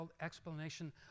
explanation